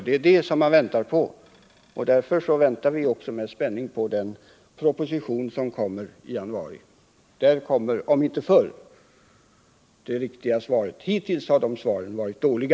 Därför väntar vi med spänning på den proposition som kommer i januari. Då om inte förr kommer de viktiga svaren. Hittills har de svaren varit dåliga.